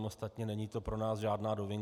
Ostatně není to pro nás žádná novinka.